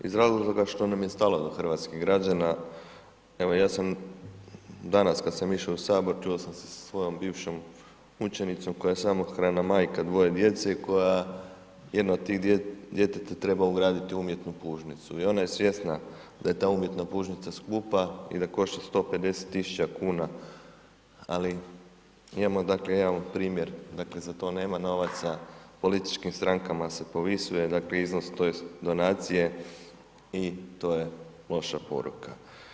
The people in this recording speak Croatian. Iz razloga što nam je stalo do hrvatskih građana, evo, ja sam danas, kad sam išao u Sabor, čuo sam se sa svojom bivšom učenicom koja je samohrana majka dvoje djece koja jedno od tih djeteta treba ugraditi umjetnu pužnicu i ona je svjesna i ona je svjesna da je ta umjetna pužnica skupa i da košta 150.000,00 kn, ali imamo, dakle, jedan primjer, dakle, za to nema novaca, političkim strankama se povisuje, dakle, iznos tj. donacije i to je loša poruka.